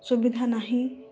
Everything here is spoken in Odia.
ସୁବିଧା ନାହିଁ